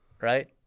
right